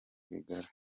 rwigara